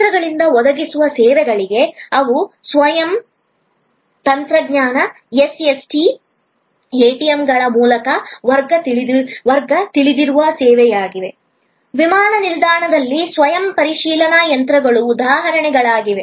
ಯಂತ್ರಗಳಿಂದ ಒದಗಿಸುವ ಸೇವೆಗಳಿವೆ ಅವು ಸ್ವಯಂ ಸೇವಾ ತಂತ್ರಜ್ಞಾನ ಎಸ್ಎಸ್ಟಿ ಎಟಿಎಂಗಳ ಮೂಲಕ ವರ್ಗ ತಿಳಿದಿರುವ ಸೇವೆಯಾಗಿವೆ ವಿಮಾನ ನಿಲ್ದಾಣದಲ್ಲಿ ಸ್ವಯಂ ಪರಿಶೀಲನಾ ಯಂತ್ರಗಳು ಉದಾಹರಣೆಗಳಾಗಿವೆ